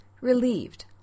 relieved